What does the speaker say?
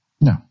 No